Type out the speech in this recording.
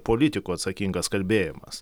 politikų atsakingas kalbėjimas